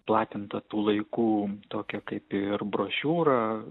platintą tų laikų tokią kaip ir brošiūrą